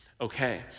okay